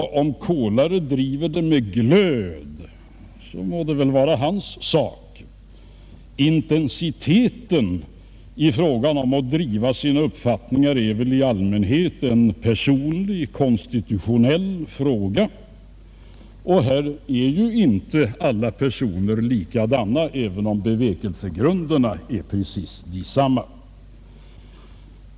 Om Kolare driver förhandlingarna med glöd må det vara hans sak. Intensiteten när det gäller att driva sina uppfattningar är i allmänhet en personlig konstitutionell fråga, och alla personer är nu inte likadana även om bevekelsegrunderna är precis desamma.